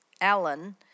Alan